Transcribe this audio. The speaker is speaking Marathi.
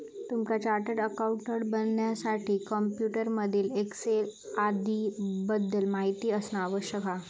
तुमका चार्टर्ड अकाउंटंट बनण्यासाठी कॉम्प्युटर मधील एक्सेल आदीं बद्दल माहिती असना आवश्यक हा